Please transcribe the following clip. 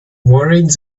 worried